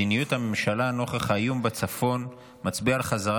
מדיניות הממשלה נוכח האיום בצפון מצביעה על חזרה